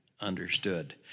understood